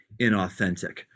inauthentic